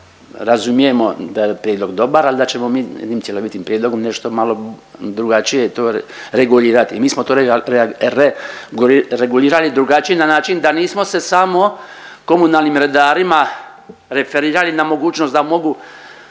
da razumijemo da je prijedlog dobar ali da ćemo mi jednim cjelovitim prijedlogom nešto malo drugačije to regulirati. I mi smo to regulirali drugačije na način da nismo se samo komunalnim redarima referirali na mogućnost da mogu